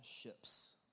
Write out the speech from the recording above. ships